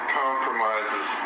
compromises